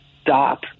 stop